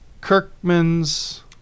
Kirkman's